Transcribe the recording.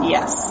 Yes